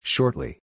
Shortly